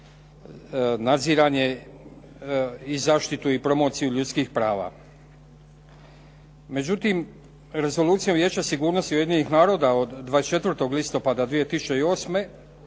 nadziranje i zaštitu i promociju ljudskih prava. Međutim, rezolucija Vijeća sigurnosti Ujedinjenih naroda od 24. listopada 2008.